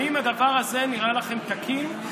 האם הדבר הזה נראה לכם תקין?